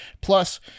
Plus